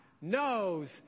knows